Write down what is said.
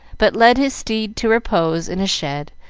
but led his steed to repose in a shed,